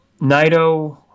Naito